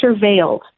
surveilled